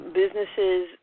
businesses